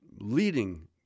leading